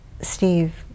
Steve